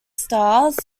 stars